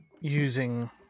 using